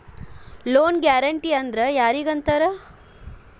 Loan guarantee ಅಂದ್ರ್ ಯಾರಿಗ್ ಅಂತಾರ?